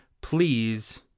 please